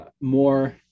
more